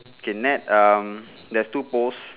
okay net um there's two post